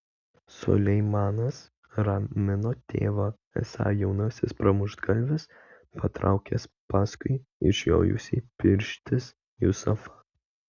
suleimanas ramino tėvą esą jaunasis pramuštgalvis patraukęs paskui išjojusį pirštis jusufą